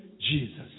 Jesus